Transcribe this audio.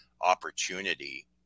opportunity